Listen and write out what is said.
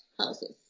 houses